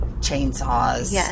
chainsaws